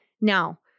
Now